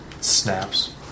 snaps